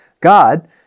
God